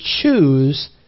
choose